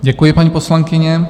Děkuji, paní poslankyně.